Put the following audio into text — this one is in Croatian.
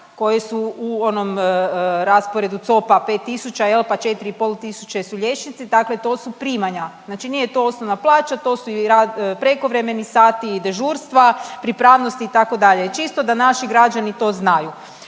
koje su u onom rasporedu COP-a 5000, pa 4 i pol tisuće su liječnici, dakle to su primanja. Znači nije to osnovna plaća to su i prekovremeni sati i dežurstva, pripravnost itd. čisto da naši građani to znaju.